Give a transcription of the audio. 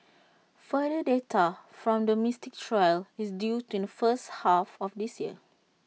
further data from the Mystic trial is due in the first half of this year